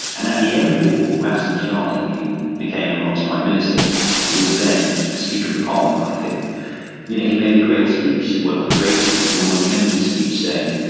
and at the end of the war, rafsanjani, who became iran's prime minister but he was then speaker of the parliament, i think you know he made a great speech well, not a great speech, but a monumental speech saying,